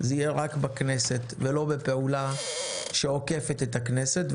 זה יהיה רק בכנסת ולא בפעולה שעוקפת את הכנסת.